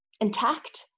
intact